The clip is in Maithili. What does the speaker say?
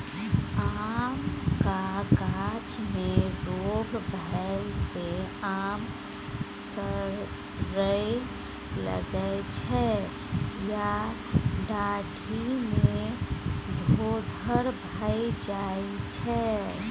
आमक गाछ मे रोग भेला सँ आम सरय लगै छै या डाढ़ि मे धोधर भए जाइ छै